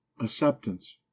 acceptance